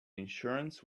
insurance